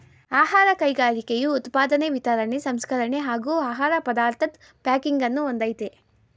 ಆಹಾರ ಕೈಗಾರಿಕೆಯು ಉತ್ಪಾದನೆ ವಿತರಣೆ ಸಂಸ್ಕರಣೆ ಹಾಗೂ ಆಹಾರ ಪದಾರ್ಥದ್ ಪ್ಯಾಕಿಂಗನ್ನು ಹೊಂದಯ್ತೆ